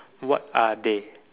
what are they